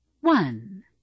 One